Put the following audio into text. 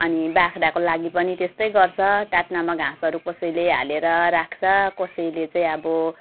अनि बाख्राको लागि पनि त्यस्तै गर्छ टाट्नामा घाँसहरू कसैले हालेर राख्छ कसैले चाहिँ अब